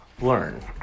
learn